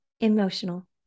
emotional